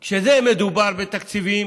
כשמדובר בתקציבים